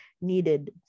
needed